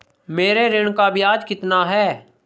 मेरे ऋण का ब्याज कितना है?